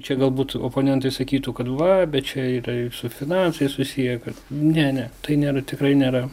čia galbūt oponentai sakytų kad va bet čia yra ir su finansais susiję ne ne tai nėra tikrai nėra